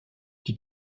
die